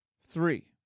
Three